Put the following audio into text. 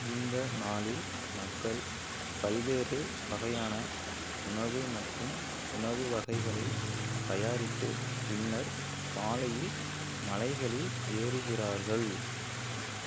இந்த நாளில் மக்கள் பல்வேறு வகையான உணவு மற்றும் உணவு வகைகளை தயாரித்து பின்னர் மாலையில் மலைகளில் ஏறுகிறார்கள்